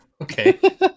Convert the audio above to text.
okay